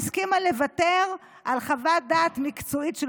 היא הסכימה לוותר על חוות דעת מקצועית של